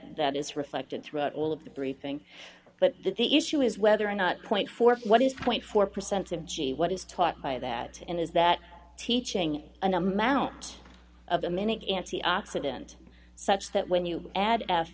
that is reflected throughout all of the briefing but the issue is whether or not point for what is point four percent of g what is taught by that and is that teaching an amount of a minute antioxidant such that when you add f